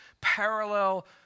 parallel